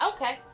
Okay